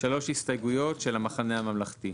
3 הסתייגויות של המחנה הממלכתי.